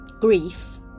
Grief